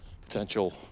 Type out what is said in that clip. potential